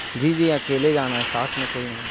جی جی اکیلے جانا ہے ساتھ میں کوئی نہیں ہے سر